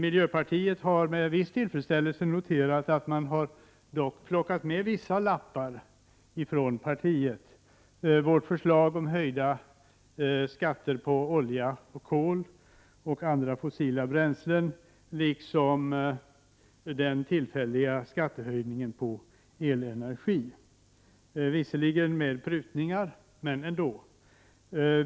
Miljöpartiet har med viss tillfredsställelse noterat att man dock har plockat med vissa lappar från miljöpartiet, exempelvis vårt förslag om höjda skatter på olja, kol och andra fossila bränslen, liksom förslaget om den tillfälliga skattehöjningen för elenergi. Det har visserligen skett med prutningar, men det har ändå skett.